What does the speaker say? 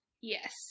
Yes